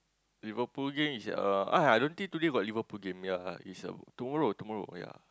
Liverpool game is uh !aiyah! I don't think today got Liverpool game ya lah is uh tomorrow tomorrow ya